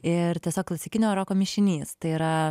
ir tiesiog klasikinio roko mišinys tai yra